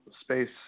space